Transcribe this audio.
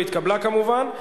כמובן.